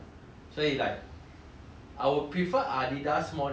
I would prefer Adidas more than other shoe lah I think is quite